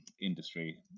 industry